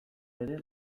ere